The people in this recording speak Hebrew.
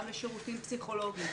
גם לשירותים פסיכולוגיים,